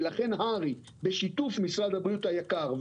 ולכן הר"י בשיתוף משרד הבריאות היקר,